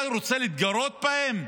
מה, הוא רוצה להתגרות בהן?